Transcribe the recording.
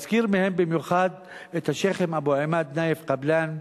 אזכיר מהם במיוחד את השיח'ים אבו עימאד נאיף קבלאן,